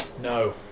No